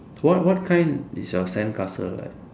what what kind is your sandcastle like